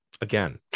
again